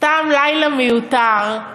סתם לילה מיותר.